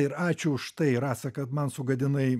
ir ačiū už tai rasa kad man sugadinai